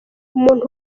umuntu